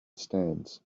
stands